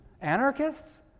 Anarchists